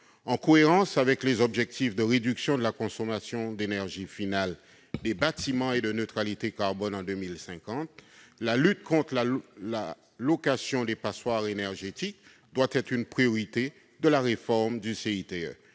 En cohérence avec les objectifs de réduction de la consommation d'énergie finale des bâtiments et de neutralité carbone en 2050, la lutte contre la location de passoires énergétiques doit être une priorité de la réforme du CITE.